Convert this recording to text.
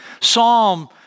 Psalm